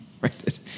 Right